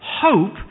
hope